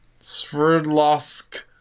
Sverdlovsk